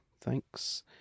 Thanks